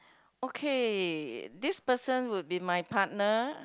okay this person would be my partner